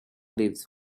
leaves